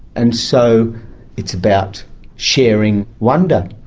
and so it's about sharing wonder.